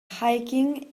hiking